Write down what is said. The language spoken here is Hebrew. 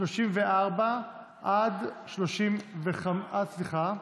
34 עד 51, כולל.